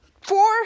four